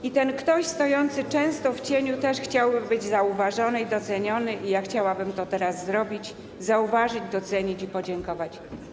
I ten ktoś, stojący często w cieniu, też chciałby być zauważony i doceniony, i ja chciałabym to teraz zrobić: zauważyć, docenić i podziękować.